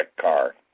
car